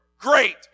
great